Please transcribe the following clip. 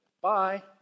Bye